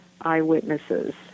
eyewitnesses